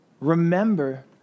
Remember